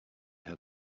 her